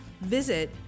visit